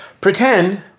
Pretend